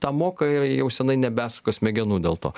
tą moka ir jau senai nebesuka smegenų dėl to